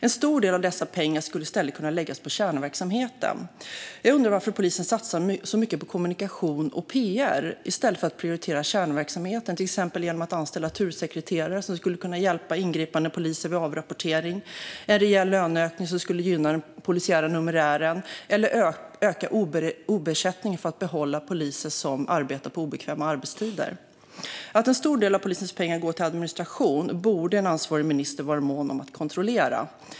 En stor del av dessa pengar skulle i stället kunna läggas på kärnverksamheten. Jag undrar varför polisen satsar så mycket på kommunikation och pr i stället för att prioritera kärnverksamheten. Man skulle till exempel kunna anställa tursekreterare som skulle kunna hjälpa ingripande poliser vid avrapportering, ge en rejäl löneökning som skulle gynna den polisiära numerären eller öka ob-ersättningen för att behålla poliser som arbetar på obekväma arbetstider. Att en stor del av polisens pengar går till administration borde en ansvarig minister vara mån om att kontrollera.